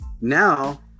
Now